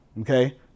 Okay